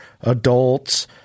adults